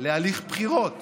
להליך בחירות,